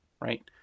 right